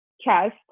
chest